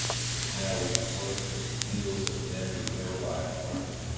since now we part from fields and men we know by heart,